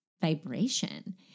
vibration